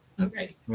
Okay